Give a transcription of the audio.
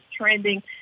trending